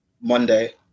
Monday